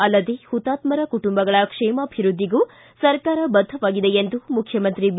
ಅಲ್ಲದೆ ಹುತಾತ್ಮರ ಕುಟುಂಬಗಳ ಕ್ಷೇಮಾಭಿವೃದ್ಧಿಗೂ ಸರ್ಕಾರ ಬದ್ಧವಾಗಿದೆ ಎಂದು ಮುಖ್ಯಮಂತ್ರಿ ಬಿ